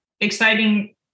exciting